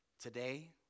Today